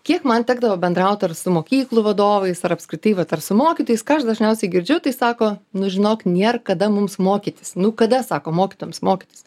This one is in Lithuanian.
kiek man tekdavo bendraut ar su mokyklų vadovais ar apskritai vat ar su mokytojais ką aš dažniausiai girdžiu tai sako nu žinok nėr kada mums mokytis nu kada sako mokytojams mokytis